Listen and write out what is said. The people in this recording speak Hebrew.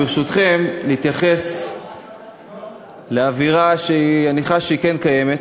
ברשותכם, להתייחס לאווירה, שאני חש שהיא כן קיימת,